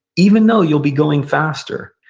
even though you'll be going faster,